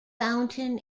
fountain